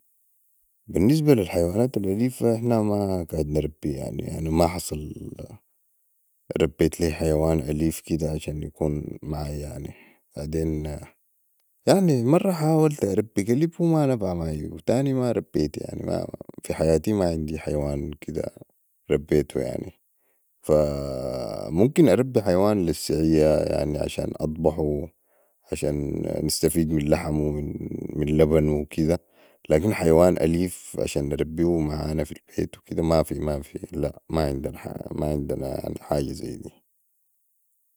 بي النسبة لي الحيوانات الاليفة نحن ما قعد نربي يعني ماحصل ربيت لي حيوان أليف كده عشان يكون معاي يعني مره حاولت أربي كلب وما نفع معاي وتاني ما ربيت في حياتي ماعندي حيوان كده ربيتو يعني ممكن أربي حيوان لي السعيه يعني عشان اضبحو يعني عشان نستفيد من لحمو من لبنو وكده لكن حيوان أليف عشان نربيهو معانا في البيت كده مافي مافي لا ماعندنا ماعندنا حاجه زي دي